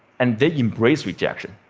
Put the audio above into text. and they embraced rejection.